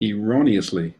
erroneously